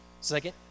Second